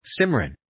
Simran